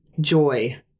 joy